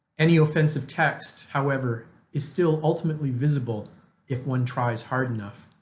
any offensive text however is still ultimately visible if one tries hard enough.